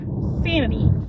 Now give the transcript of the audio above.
sanity